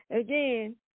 Again